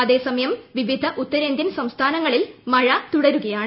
അതേസമയം വിവിധ ഉത്തരന്ത്യേൻ സംസ്ഥാനങ്ങളിൽ മഴ തുടരുകയാണ്